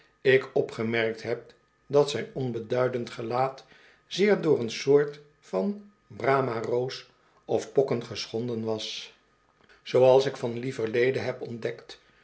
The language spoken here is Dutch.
ik opgemerkt heb dat zijn onbeduidend gelaat zeer door een soort van bramah roos of pokken geschonden was zooals ik van lieverlede heb ontdekt